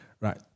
Right